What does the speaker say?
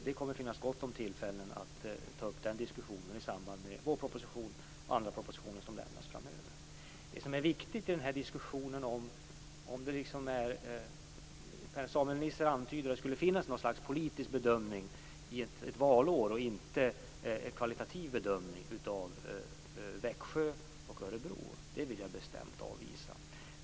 Det kommer att finnas gott om tillfällen att ta upp den diskussionen i samband med vårpropositionen och andra propositioner som lämnas framöver. Per-Samuel Nisser antyder att det skulle finnas något slags politisk bedömning ett valår och inte en kvalitativ bedömning av Växjö och Örebro. Det vill jag bestämt avvisa.